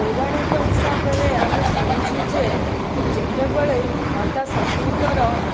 ପୌରାଣିକ ହିସାବରେ ଆମେ ଶୁଣିଛୁ ଯେ ଯେତେବେଳେ ମାତା ସତୀଙ୍କର